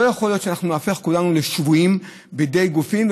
לא יכול להיות שאנחנו ניהפך כולנו לשבויים בידי גופים,